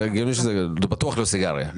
זה בטוח לא סיגריה.